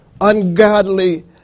ungodly